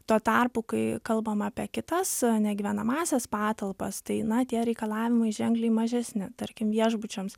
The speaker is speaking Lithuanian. tuo tarpu kai kalbama apie kitas negyvenamąsias patalpas tai na tie reikalavimai ženkliai mažesni tarkim viešbučiams